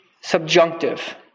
subjunctive